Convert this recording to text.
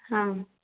हां